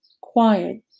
quiet